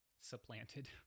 supplanted